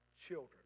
children